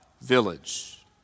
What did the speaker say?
village